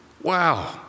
Wow